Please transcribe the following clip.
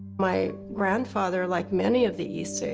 my grandfather, like many of the isseis,